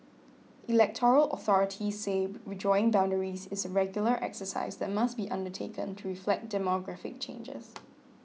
electoral authorities say redrawing boundaries is a regular exercise that must be undertaken to reflect demographic changes